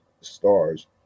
stars